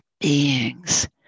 beings